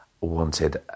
wanted